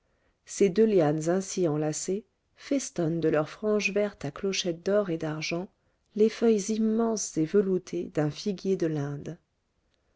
ces deux lianes ainsi enlacées festonnent de leur frange verte à clochettes d'or et d'argent les feuilles immenses et veloutées d'un figuier de l'inde